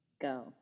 go